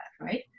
right